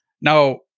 Now